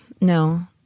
No